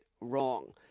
wrong